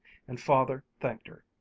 and father thanked her,